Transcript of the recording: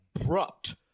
abrupt